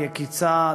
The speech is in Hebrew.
יקיצה,